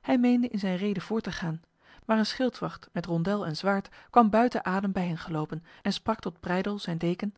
hij meende in zijn rede voort te gaan maar een schildwacht met rondel en zwaard kwam buiten adem bij hen gelopen en sprak tot breydel zijn deken